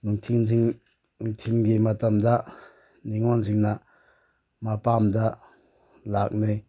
ꯅꯨꯡꯊꯤꯟꯁꯤꯡ ꯅꯨꯡꯊꯤꯟꯒꯤ ꯃꯇꯝꯗ ꯅꯤꯉꯣꯟꯁꯤꯡꯅ ꯃꯄꯥꯝꯗ ꯂꯥꯛꯅꯩ